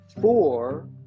Four